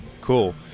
Cool